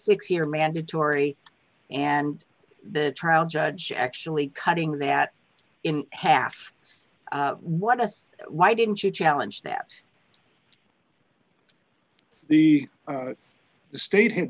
six year mandatory and the trial judge actually cutting that in half what a why didn't you challenge that the the state